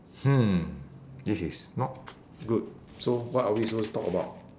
hmm this is not good so what are we supposed to talk about